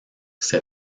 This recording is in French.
ces